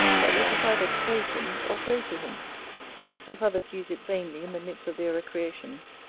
but it is either to praise him, or pray to him if others use it vainly in the midst of their recreations,